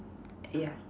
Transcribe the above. yeah